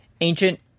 ancient